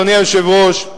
אדוני היושב-ראש,